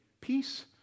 peace